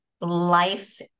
life